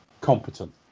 competent